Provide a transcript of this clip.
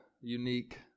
unique